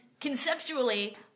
Conceptually